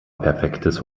perfektes